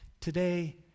Today